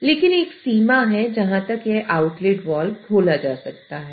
लेकिन एक सीमा है जहां तक यह आउटलेट वाल्व खोला जा सकता है